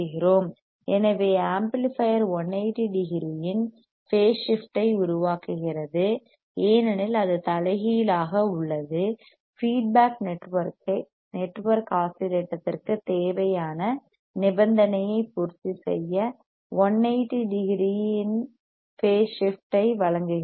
எனவே ஆம்ப்ளிபையர் 1800 இன் phase shift ஐ உருவாக்குகிறது ஏனெனில் அது தலைகீழாக இன்வெர்ட்டிங் உள்ளது ஃபீட்பேக் நெட்வொர்க் ஆஸிலேட்டத்திற்கு தேவையான நிபந்தனையை பூர்த்தி செய்ய 1800 இன் பேஸ் ஷிப்ட் ஐ வழங்குகிறது